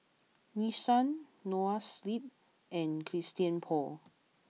Nissan Noa Sleep and Christian Paul